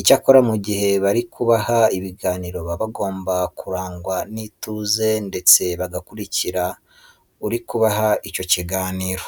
Icyakora mu gihe bari kubaha ibiganiro baba bagomba kurangwa n'ituze ndetse bagakurikira uri kubaha icyo kiganiro.